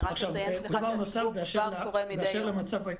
רק אציין שדרך אגב התגבור כבר קורה מדי יום.